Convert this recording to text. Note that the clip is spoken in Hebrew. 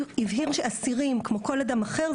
והבהיר שאסירים כמו כל אדם אחר,